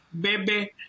baby